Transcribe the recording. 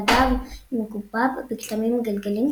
והגב מגובב בכתמים עגלגלים,